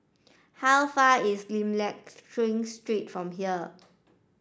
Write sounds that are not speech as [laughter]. how far is Lim Liak [unintelligible] Street from here